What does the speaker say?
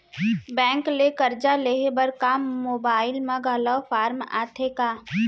Bank ले करजा लेहे बर का मोबाइल म घलो फार्म आथे का?